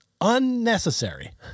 unnecessary